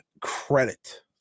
credit